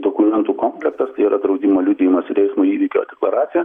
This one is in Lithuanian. dokumentų komplektas tai yra draudimo liudijimas ir eismo įvykio deklaracija